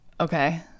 Okay